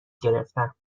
گرفتم